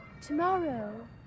Tomorrow